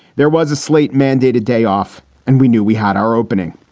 there was a slate mandated day off and we knew we had our opening.